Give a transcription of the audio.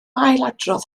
ailadrodd